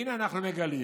והינה אנחנו מגלים